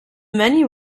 many